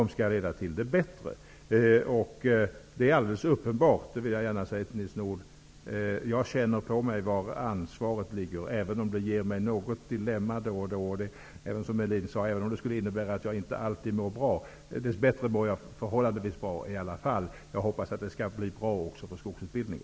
Jag känner på mig var ansvaret ligger -- det vill jag säga till Nils Nordh -- även om det då och då försätter mig i ett litet dilemma och även om det, som Ulf Melin sade, skulle innebära att jag inte alltid mår bra. Dess bättre mår jag förhållandevis bra i alla fall. Jag hoppas att det skall bli bra också för skogsutbildningen.